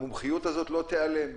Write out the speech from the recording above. המומחיות הזאת לא תיעלם.